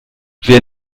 wer